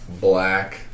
Black